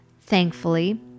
Thankfully